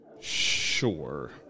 Sure